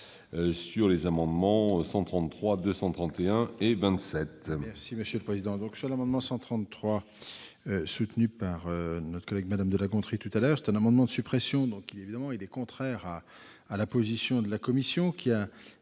sur les amendements n 133, 231 et 27.